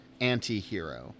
Antihero